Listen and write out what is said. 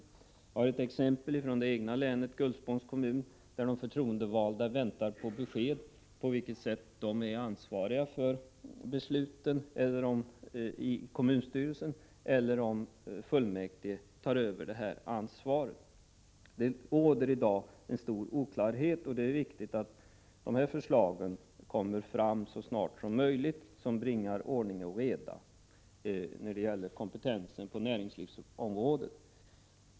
Jag har ett exempel från det egna länet, Gullspångs kommun, där de förtroendevalda väntar på besked om på vilket sätt de är ansvariga för besluten i kommunstyrelsen eller om fullmäktige tar över detta ansvar. Det råder i dag en stor oklarhet, och det är viktigt att förslagen som bringar ordning och reda när det gäller kompetensen på näringslivsområdet kommer fram så snart som möjligt.